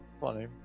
Funny